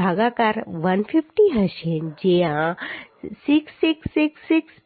ભાગાકાર 150 હશે જે આ 6666